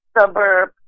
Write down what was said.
suburb